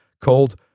called